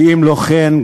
שאם לא כן,